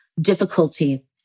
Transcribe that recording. difficulty